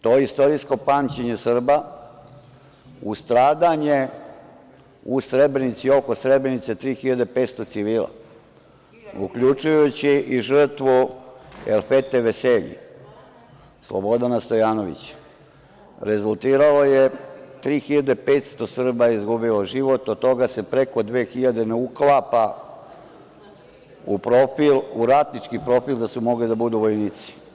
To istorijsko pamćenje Srba u stradanju u Srebrenici i oko Srebrenice 3.500 civila, uključujući i žrtvu Elfete Veseli, Slobodana Stojanovića, rezultiralo je 3.500 Srba je izgubilo život, a od toga se preko dve hiljade ne uklapa u ratnički profil, da su mogli da budu vojnici.